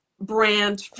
brand